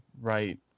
right